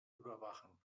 überwachen